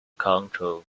concord